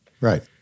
Right